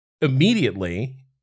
immediately